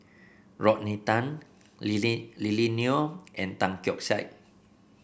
Rodney Tan Lily Lily Neo and Tan Keong Saik